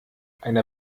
einer